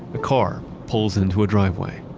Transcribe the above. a car pulls into a driveway.